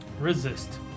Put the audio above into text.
Resist